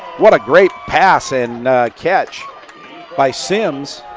what a great pass and catch by simms.